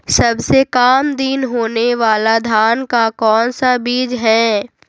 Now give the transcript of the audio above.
सबसे काम दिन होने वाला धान का कौन सा बीज हैँ?